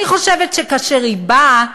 אני חושבת שכאשר היא באה,